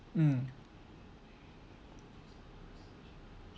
mm